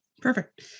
Perfect